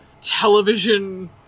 television